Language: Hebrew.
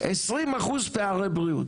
עשרים אחוז פערי בריאות,